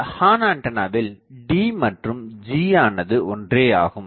இந்த ஹார்ன்ஆண்டானாவில் Dமற்றும் Gயானது ஒன்றேயாகும்